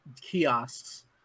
kiosks